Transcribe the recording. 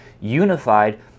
unified